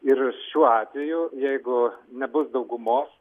ir šiuo atveju jeigu nebus daugumos